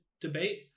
debate